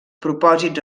propòsits